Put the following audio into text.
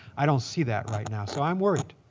i don't see that right now. so i'm worried.